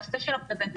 הנושא של הפרזנטציה,